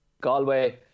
Galway